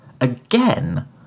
Again